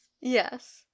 Yes